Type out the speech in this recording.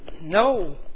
No